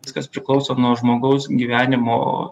viskas priklauso nuo žmogaus gyvenimo